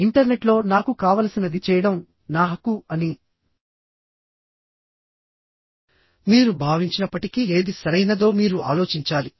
ఇంటర్నెట్లో నాకు కావలసినది చేయడం నా హక్కు అని మీరు భావించినప్పటికీ ఏది సరైనదో మీరు ఆలోచించాలి